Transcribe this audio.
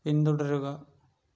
പിന്തുടരുക